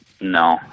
No